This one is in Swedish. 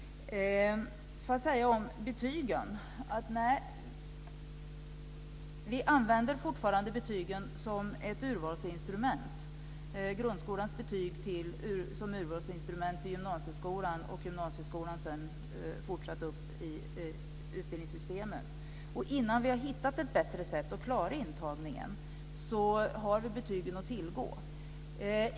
Vi använder fortfarande betygen som ett urvalsinstrument. Grundskolans betyg används som urvalsinstrument till gymnasieskolan, och gymnasieskolans betyg används fortsatt upp i utbildningssystemet. Innan vi har hittat ett bättre sätt att klara intagningen har vi betygen att tillgå.